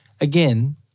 Again –